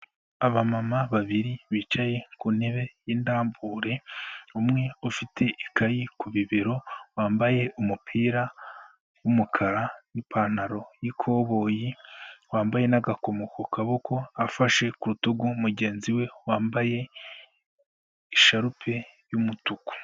Abamama babiri bicaye ku ntebe y'indambure, umwe ufite ikayi ku bibero wambaye umupira w'umukara n'ipantaro y'ikoboyi, wambaye n'agakomo ku kaboko afashe ku rutugu mugenzi we wambaye isharupe y'umutuku.